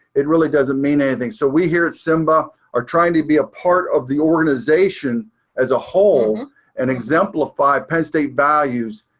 it really doesn't mean anything. so we here at simba are trying to be a part of the organization as a whole and exemplify penn state values,